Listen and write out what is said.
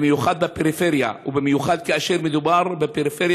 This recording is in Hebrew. במיוחד בפריפריה ובמיוחד כאשר מדובר בפריפריה